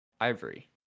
ivory